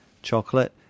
chocolate